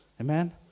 Amen